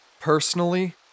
personally